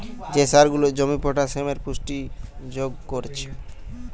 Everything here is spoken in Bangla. যে সার গুলা জমিতে পটাসিয়ামের পুষ্টি যোগ কোরছে